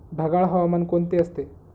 ढगाळ हवामान कोणते असते?